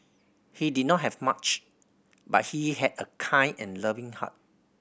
he did not have much but he had a kind and loving heart